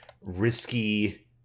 risky